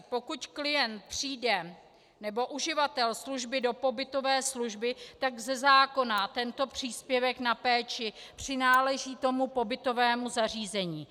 Pokud klient přijde, nebo uživatel služby, do pobytové služby, ze zákona tento příspěvek na péči přináleží pobytovému zařízení.